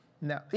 No